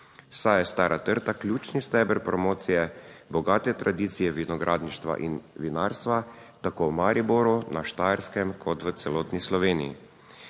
saj je Stara trta ključni steber promocije bogate tradicije vinogradništva in vinarstva tako v Mariboru, na Štajerskem kot v celotni Sloveniji.